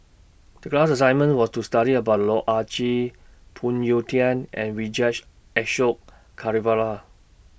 The class assignment was to study about Loh Ah Chee Phoon Yew Tien and Vijesh Ashok Ghariwala